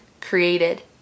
created